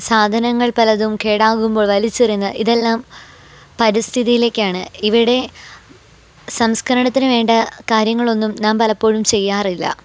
സാധനങ്ങൾ പലതും കേടാകുമ്പോൾ വലിച്ചെറിയുന്ന ഇതെല്ലാം പരിസ്ഥിതിയിലേക്കാണ് ഇവിടെ സംസ്കരണത്തിന് വേണ്ട കാര്യങ്ങളൊന്നും നാം പലപ്പോഴും ചെയ്യാറില്ല